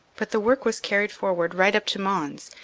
but the work was carried forward right up to mons,